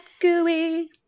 gooey